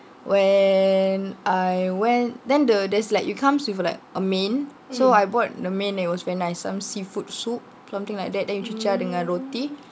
when I went then the there's like it comes with like a main so I bought the main and it was very nice it's some seafood soup something like that then you cecah dengan roti